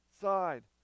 side